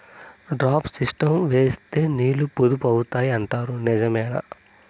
Drip system వేస్తే నీళ్లు పొదుపు అవుతాయి అంటారు నిజమేనా?